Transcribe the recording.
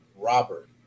Robert